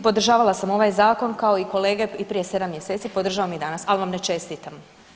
Podržavala sam ovaj zakon kao i kolege i prije sedam mjeseci, podržavam i danas ali vam ne čestitam.